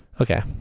Okay